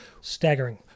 Staggering